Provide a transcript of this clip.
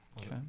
Okay